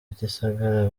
gisagara